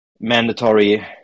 mandatory